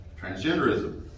transgenderism